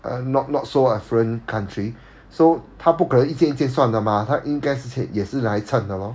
uh not not so affluent country so 他不可能一件一件算的 mah 他应该是也是来 chan 的 lor